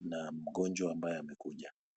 na mgonjwa ambaye amekuja.